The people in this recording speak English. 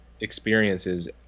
experiences